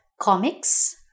comics